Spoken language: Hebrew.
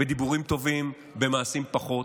בדיבורים טובים, במעשים, פחות.